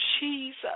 Jesus